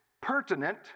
pertinent